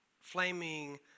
flaming